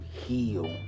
heal